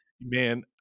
man